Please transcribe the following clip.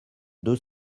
deux